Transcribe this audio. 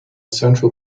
central